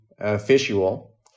visual